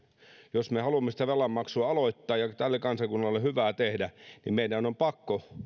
jos me haluamme sitä velanmaksua aloittaa ja tälle kansakunnalle hyvää tehdä niin meidän on pakko